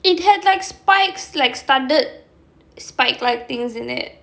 it had like spikes like studded spike like things in it